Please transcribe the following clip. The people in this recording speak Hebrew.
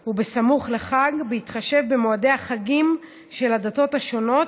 הוא סמוך לחג בהתחשב במועדי החגים של הדתות השונות.